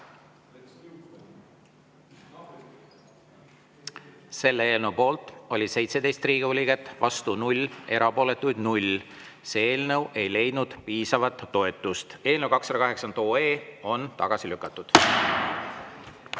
Selle eelnõu poolt oli 17 Riigikogu liiget, vastu 0, erapooletuid 0. See eelnõu ei leidnud piisavat toetust. Eelnõu 280 on tagasi lükatud.